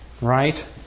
Right